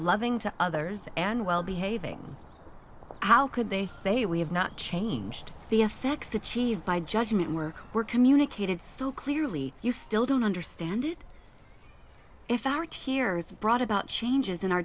loving to others and well behaving how could they say we have not changed the effects achieved by judgment work were communicated so clearly you still don't understand it if our tears brought about changes in our